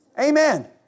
Amen